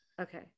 okay